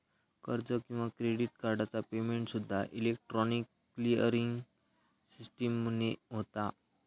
कर्ज किंवा क्रेडिट कार्डचा पेमेंटसूद्दा इलेक्ट्रॉनिक क्लिअरिंग सिस्टीमने होता